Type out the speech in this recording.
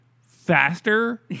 faster